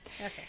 Okay